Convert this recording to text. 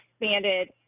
expanded